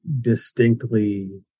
distinctly